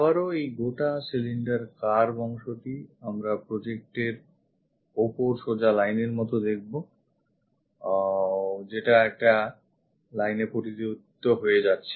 আবারও এই গোটা cylinder curve অংশটি আমরা project এর ওপর সোজা লাইনের মতো দেখবো যেটা একটা line এ পরিবর্তিত হয়ে যাচ্ছে